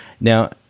Now